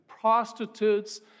prostitutes